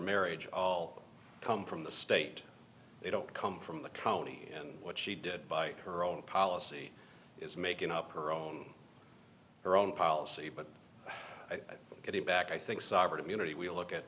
marriage of come from the state they don't come from the county and what she did by her own policy is making up her own their own policy but i get it back i think sovereign immunity we look at